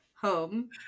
home